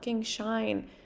shine